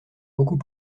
beaucoup